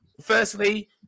firstly